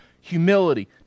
Humility